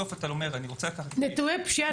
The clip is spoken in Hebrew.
נתוני פשיעה